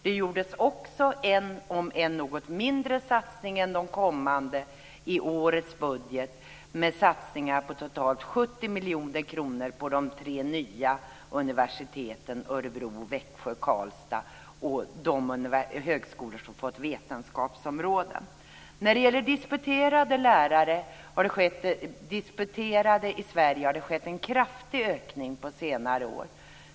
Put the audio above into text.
Det gjordes också en satsning, om än något mindre än de kommande, i årets budget med totalt 70 miljoner kronor på de tre nya universiteten i Örebro, Växjö och Karlstad och på de högskolor som har fått vetenskapsområden. Det har skett en kraftig ökning av disputerade lärare i Sverige under senare år.